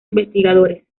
investigadores